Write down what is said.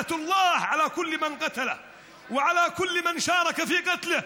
קללת האל על כל אלה שרצחו אותו ועל כל אלה שהשתתפו ברצח שלו,